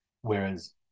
whereas